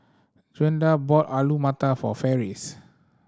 Gwenda bought Alu Matar for Ferris